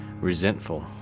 Resentful